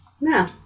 No